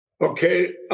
Okay